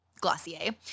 Glossier